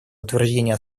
утверждение